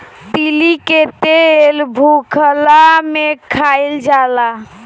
तीली के तेल भुखला में खाइल जाला